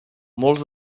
molts